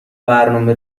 برنامه